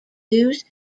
lose